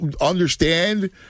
understand